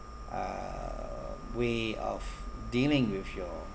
uh way of dealing with your